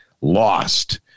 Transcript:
Lost